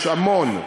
יש המון,